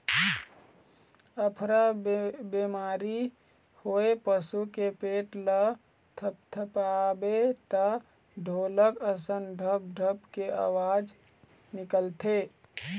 अफरा बेमारी होए पसू के पेट ल थपथपाबे त ढोलक असन ढप ढप के अवाज निकलथे